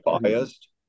biased